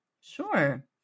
Sure